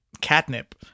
catnip